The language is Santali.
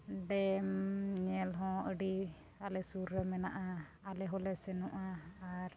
ᱧᱮᱞ ᱦᱚᱸ ᱟᱹᱰᱤ ᱟᱞᱮ ᱥᱩᱨ ᱨᱮ ᱢᱮᱱᱟᱜᱼᱟ ᱟᱞᱮ ᱦᱚᱸᱞᱮ ᱥᱮᱱᱚᱜᱼᱟ ᱟᱨ